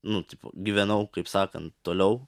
nu tipo gyvenau kaip sakant toliau